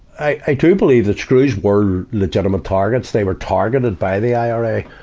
i, i do believe that screws were legitimate targets they were targeted by the ira.